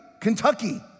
Kentucky